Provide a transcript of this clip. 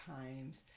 times